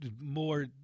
more